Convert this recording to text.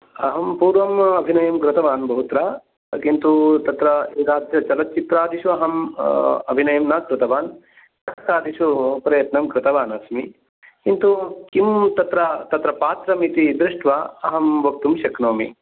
अहं पूर्वं अभिनयं कृतवान् बहुत्र किन्तु तत्र एतादृशचलच्चित्रादिषु अहं अभिनयं न कृतवान् नाटकादिषु प्रयत्नं कृतवानस्मि किन्तु किं तत्र तत्र पात्रमिति दृष्ट्वा अहं वक्तुं शक्नोमि